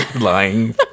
lying